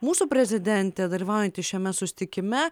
mūsų prezidentė dalyvaujanti šiame susitikime